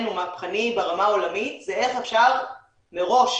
ומהפכני ברמה העולמית זה איך אפשר מראש,